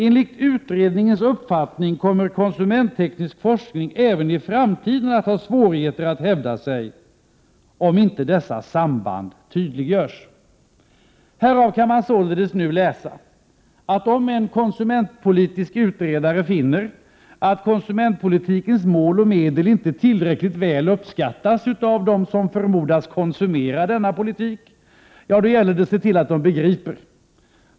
Enligt utredningens uppfattning kommer konsumentteknisk forskning även i framtiden att ha svårigheter att hävda sig om inte dessa samband tydliggörs.” Härav kan man utläsa, att om en konsumentpolitisk utredare finner att konsumentpolitikens mål och medel inte tillräckligt uppskattas av dem som förmodas konsumera denna politik, gäller det att se till att de begriper.